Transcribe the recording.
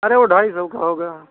अरे वह ढाई सौ का होगा